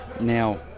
now